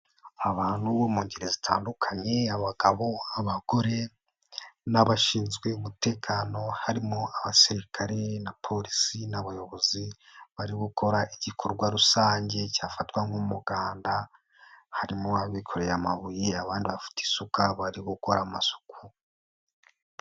Abantu bo mu ngeri zitandukanye: abagabo, abagore n'abashinzwe umutekano. Harimo abasirikare na polisi n'abayobozi. Bari gukora igikorwa rusange cyafatwa nk'umuganda. Harimo abikoreye amabuye abandi bafite isuka bari gukora amasuku.